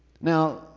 Now